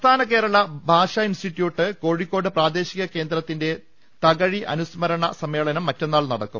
സംസ്ഥാന കേരള ഭാഷാ ഇൻസ്റ്റിറ്റ്യൂട്ട് കോഴിക്കോട് പ്രാദേശിക കേന്ദ്രത്തിന്റെ തകഴി അനുസ്മരണ സമ്മേളനം മറ്റന്നാൾ നടക്കും